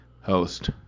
host